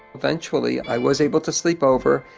eventually i was able to sleep over,